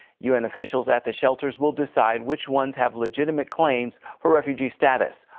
un officials at the shelters will decide which ones have legitimate claims for refugee status,